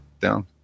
down